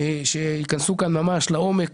שיכנס ממש לעומק,